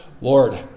Lord